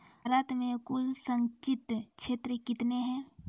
भारत मे कुल संचित क्षेत्र कितने हैं?